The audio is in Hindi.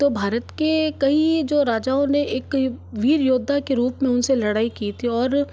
तो भारत के कई जो राजाओं ने एक वीर योद्धा के रूप में उनसे लड़ाई की थी और